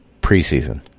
preseason